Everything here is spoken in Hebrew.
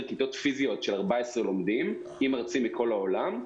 כיתות פיזיות של 14 לומדים עם מרצים מכל העולם,